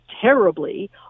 terribly